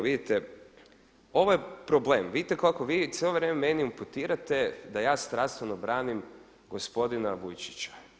Vidite ovaj problem, vidite kako vi cijelo vrijeme meni imputirate da ja strastveno branim gospodina Vujčića.